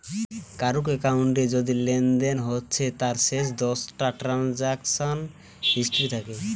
কারুর একাউন্টে যদি লেনদেন হচ্ছে তার শেষ দশটা ট্রানসাকশান হিস্ট্রি থাকে